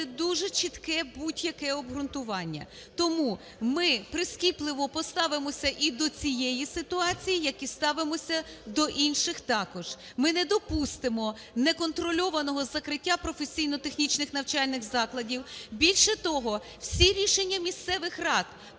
дуже чітке будь-яке обґрунтування. Тому ми прискіпливо поставимося і до цієї ситуації, як і ставимося до інших також. Ми не допустимо неконтрольованого закриття професійно-технічних навчальних закладів. Більше того, всі рішення місцевих рад